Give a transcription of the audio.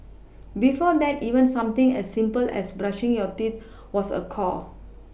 before that even something as simple as brushing your teeth was a chore